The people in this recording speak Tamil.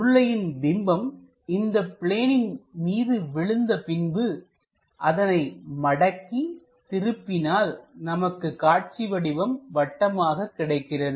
உருளையின் பிம்பம் இந்த பிளேனின் மீது விழுந்த பின்பு அதனை மடக்கி திருப்பினால் நமக்கு காட்சி வடிவம் வட்டமாக கிடைக்கிறது